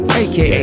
aka